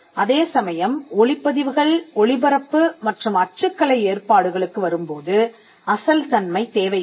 அதேசமயம் ஒலிப்பதிவுகள் ஒளிபரப்பு மற்றும் அச்சுக்கலை ஏற்பாடுகளுக்கு வரும்போது அசல் தன்மை தேவை இல்லை